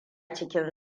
cikin